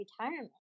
retirement